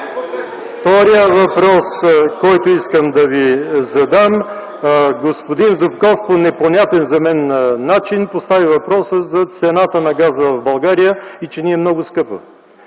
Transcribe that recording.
Вторият въпрос, който искам да Ви задам. Господин Зубков по непонятен за мен начин постави въпроса за цената на газа в България и че ни е много скъпа.